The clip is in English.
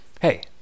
hey